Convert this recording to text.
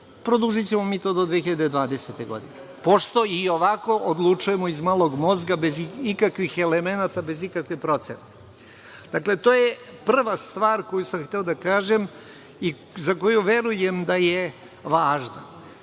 produžićemo mi to do 2020. godine, pošto i ovako odlučujemo iz malog mozga, bez ikakvih elemenata, bez ikakve procene. Dakle, to je prva stvar koju sam hteo da kažem i za koju verujem da je